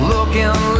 Looking